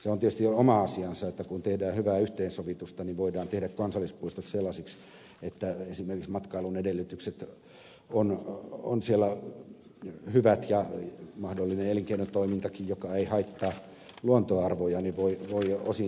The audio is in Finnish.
se on tietysti oma asiansa että kun tehdään hyvää yhteensovitusta niin voidaan tehdä kansallispuistot sellaisiksi että esimerkiksi matkailun edellytykset ovat siellä hyvät ja mahdollinen elinkeinotoimintakin joka ei haittaa luontoarvoja voi osin jatkua